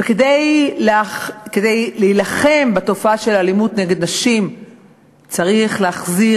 כדי להילחם בתופעה של האלימות נגד נשים צריך להחזיר